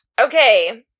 okay